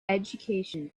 education